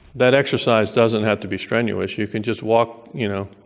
that exercise doesn't have to be strenuous. you can just walk, you know,